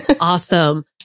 Awesome